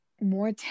more